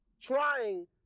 trying